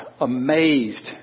amazed